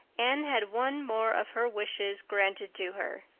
anne had one more of her wishes granted to her.